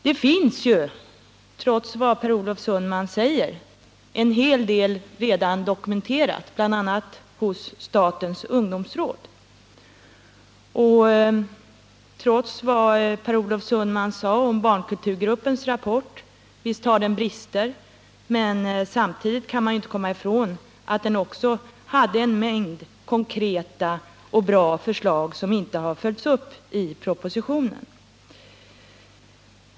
Det finns ju — trots vad Per Olof Sundman säger — en hel del dokumenterat redan, bl.a. hos statens ungdomsråd. Och trots vad Per Olof Sundman sade om barnkulturgruppens rapport — visst har den brister — kan man inte komma ifrån att den innehöll en mängd konkreta och bra förslag som inte har följts upp i propositionen.